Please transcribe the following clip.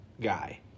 guy